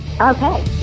Okay